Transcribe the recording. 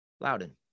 Loudon